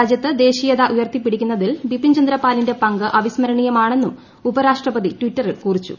രാജ്യത്ത് ദേശീയത ഉയർത്തിപ്പിടിക്കുന്നതിൽ ബിപിൻ ചന്ദ്രപാലിന്റെ പങ്ക് അവിസ്മരണീയമാണെന്നും ഉപരാഷ്ട്രപതി ടിറ്ററിൽ കുറിച്ചു